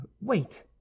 wait